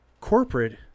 corporate